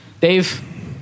Dave